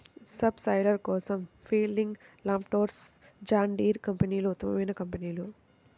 sub soiler కోసం Fieldking, Landforce, John Deere కంపెనీలు ఉత్తమమైన కంపెనీలు